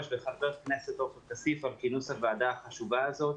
ולחבר הכנסת עופר כסיף על כינוס הוועדה החשובה הזאת.